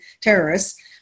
terrorists